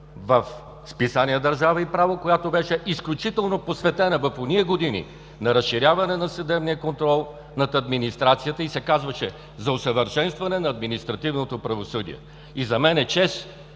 в списание „Държава и право“, която беше изключително посветена в ония години на разширяване на съдебния контрол над администрацията и се казваше – „За усъвършенстване на административното правосъдие“. И за мен е чест,